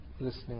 listening